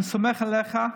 אני סומך עליך,